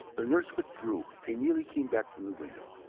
the nurse withdrew and neelie came back from the window.